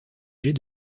jets